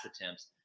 attempts